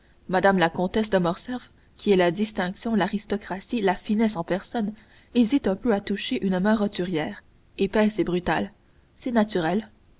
mme la comtesse de morcerf qui est la distinction l'aristocratie la finesse en personne hésite un peu à toucher une main roturière épaisse et brutale c'est naturel